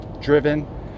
driven